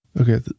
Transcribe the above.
okay